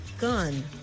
Gun